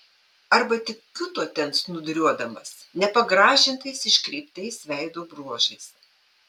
arba tik kiūto ten snūduriuodamas nepagražintais iškreiptais veido bruožais